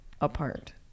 apart